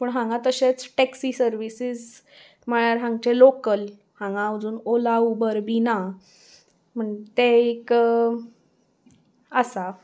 पूण हांगा तशेंच टॅक्सी सर्विसीस म्हळ्यार हांगचे लोकल हांगा अजून ओला उबर बी ना म्हण ते एक आसा